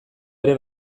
ere